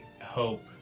hope